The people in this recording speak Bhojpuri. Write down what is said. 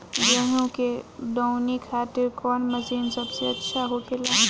गेहु के दऊनी खातिर कौन मशीन सबसे अच्छा होखेला?